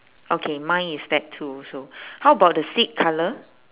okay mine is that too also how about the seat colour